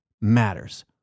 matters